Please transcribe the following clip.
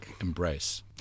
embrace